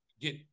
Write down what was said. get